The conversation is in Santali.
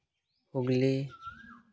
ᱦᱩᱜᱽᱞᱤ